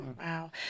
Wow